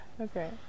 Okay